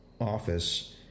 office